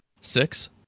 six